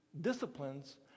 disciplines